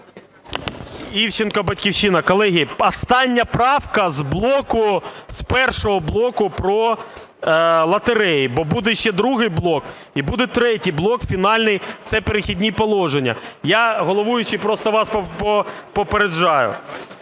Івченко, "Батьківщина". Колеги, остання правка з блоку, з першого блоку про лотереї. Бо буде ще другий блок і буде третій блок фінальний, це "Перехідні положення". Я, головуючий, просто вас попереджаю.